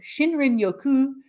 Shinrin-yoku